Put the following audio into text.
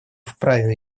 вправе